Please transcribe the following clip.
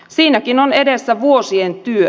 siinäkin on edessä vuosien työ